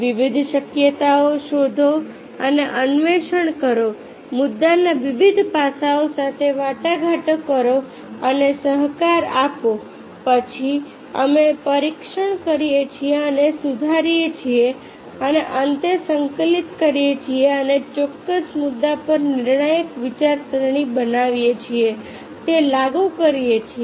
વિવિધ શક્યતાઓ શોધો અને અન્વેષણ કરો મુદ્દાના વિવિધ પાસાઓ સાથે વાટાઘાટો કરો અને સહકાર આપો પછી અમે પરીક્ષણ કરીએ છીએ અને સુધારીએ છીએ અને અંતે સંકલિત કરીએ છીએ અને ચોક્કસ મુદ્દા પર નિર્ણાયક વિચારસરણી બનાવે છે તે લાગુ કરીએ છીએ